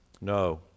No